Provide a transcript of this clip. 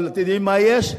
אבל אתם יודעים מה יש?